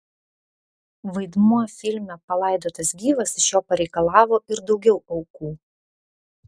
vaidmuo filme palaidotas gyvas iš jo pareikalavo ir daugiau aukų